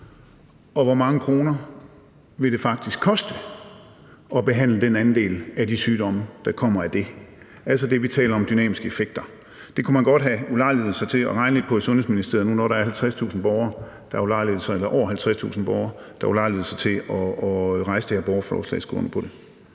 og hvor mange kroner det faktisk vil koste at behandle den andel af de sygdomme, der kommer af det. Det, vi taler om, er altså dynamiske effekter. Det kunne man godt have ulejliget sig med at regne lidt på i Sundhedsministeriet nu, når der er over 50.000 borgere, der ulejligede sig med at rejse det her borgerforslag og skrive under på det.